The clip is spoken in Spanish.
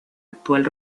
actual